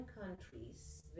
countries